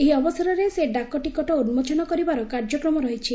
ଏହି ଅବସରରେ ସେ ଡାକଟିକଟ ଉନ୍କୋଚନ କରିବାର କାର୍ଯ୍ୟକ୍ରମ ରହିଛି